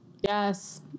yes